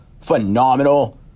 phenomenal